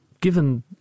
given